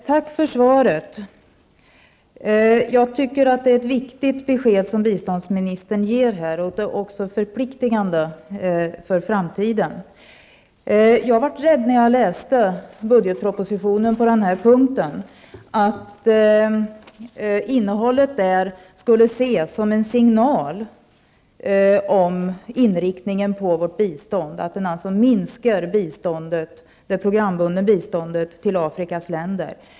Herr talman! Jag tackar för svaret. Jag tycker att biståndsministern här ger ett mycket viktigt besked som också är förpliktigande för framtiden. Jag var rädd när jag läste budgetpropositionen på denna punkt att innehållet där skulle ses som en signal om att vårt programbundna bistånd till Afrikas länder kommer att minska.